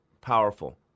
powerful